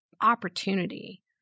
opportunity